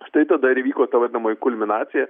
štai tada ir įvyko ta vadinamoji kulminacija